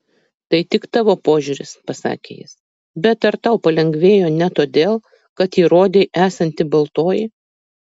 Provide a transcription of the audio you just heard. tai tik tavo požiūris pasakė jis bet ar tau palengvėjo ne todėl kad įrodei esanti baltoji